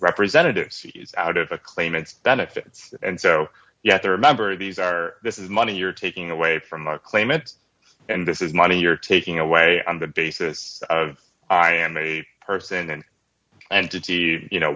representatives he's out of a claimant's benefits and so you have to remember these are this is money you're taking away from the claimant and this is money you're taking away on the basis of i am a person and to t v you know